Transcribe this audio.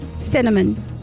Cinnamon